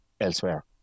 elsewhere